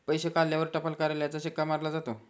पैसे काढल्यावर टपाल कार्यालयाचा शिक्का मारला जातो